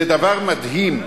זה דבר מדהים,